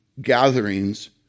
gatherings